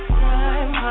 time